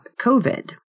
COVID